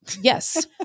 Yes